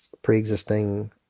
pre-existing